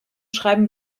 schreiben